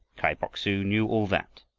kai bok-su knew all that,